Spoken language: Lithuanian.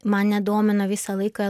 mane domino visą laiką